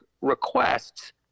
requests